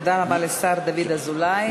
תודה רבה לשר דוד אזולאי.